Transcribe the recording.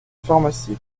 pharmacies